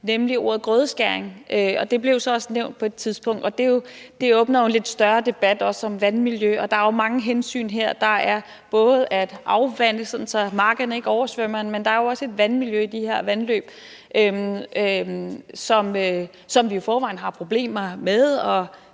nemlig ordet grødeskæring. Og det blev så også nævnt på et tidspunkt. Det åbner for en lidt større debat også om vandmiljøet, og der er jo mange hensyn her. Der er både det at afvande, sådan at markerne ikke er oversvømmet, men der er jo også et vandmiljø i de her vandløb, som vi i forvejen har problemer med